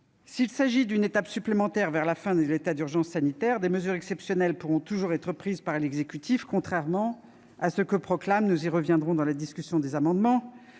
S'il s'agit d'une étape supplémentaire vers la fin de l'état d'urgence sanitaire, des mesures exceptionnelles pourront toujours être prises par l'exécutif, contrairement à ce que proclament- nous y reviendrons lors de l'examen des amendements